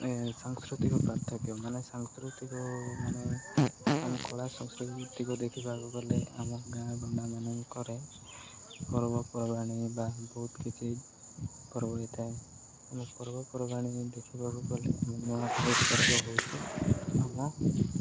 ସାଂସ୍କୃତିକ ପାର୍ଥକ୍ୟ ମାନେ ସାଂସ୍କୃତିକ ମାନେ ଆମ କଳା ସଂସ୍କୃତିକୁ ଦେଖିବାକୁ ଗଲେ ଆମ ଗାଁ ଗଣ୍ଡା ମମାନଙ୍କରେ ପର୍ବପର୍ବାଣି ବା ବହୁତ କିଛି ପର୍ବ ହେଇଥାଏ ଆମ ପର୍ବପର୍ବାଣି ଦେଖିବାକୁ ଗଲେ ଆମ ନୂଆଖାଇ ପର୍ବ ହଉଛି ଆମ